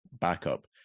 backup